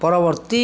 ପରବର୍ତ୍ତୀ